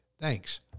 Thanks